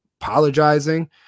apologizing